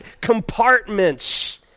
compartments